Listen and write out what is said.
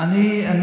כשהוא היה בשלטון,